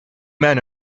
men